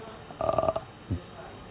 err